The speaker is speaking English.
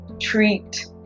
treat